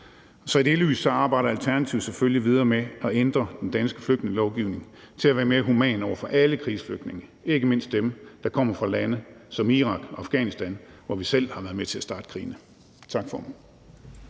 så i det lys arbejder Alternativet selvfølgelig videre med at ændre den danske flygtningelovgivning til at være mere human over for alle krigsflygtninge, ikke mindst dem, der kommer fra lande som Irak og Afghanistan, hvor vi selv har været med til at starte krigene. Tak, formand.